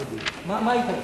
התרבות והספורט נתקבלה.